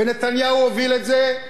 ונתניהו הוביל את זה.